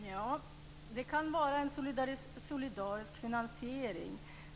Fru talman! Det kan vara en solidarisk finansiering.